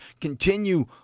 Continue